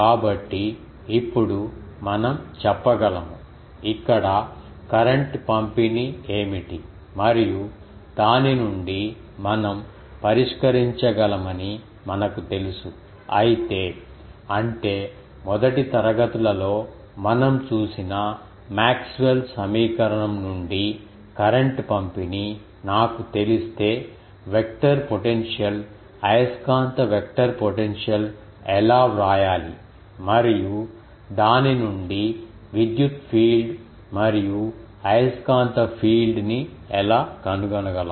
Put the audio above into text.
కాబట్టి ఇప్పుడు మనం చెప్పగలము ఇక్కడ కరెంట్ పంపిణీ ఏమిటి మరియు దాని నుండి మనం పరిష్కరించగలమని మనకు తెలుసు అయితే అంటే మొదటి తరగతులలో మనం చూసిన మాక్స్వెల్ సమీకరణం నుండి కరెంట్ పంపిణీ నాకు తెలిస్తే వెక్టర్ పొటెన్షియల్ అయస్కాంత వెక్టర్ పొటెన్షియల్ ఎలా వ్రాయాలి మరియు దాని నుండి విద్యుత్ఫీల్డ్ మరియు అయస్కాంత ఫీల్డ్ ని ఎలా కనుగొనగలం